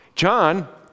John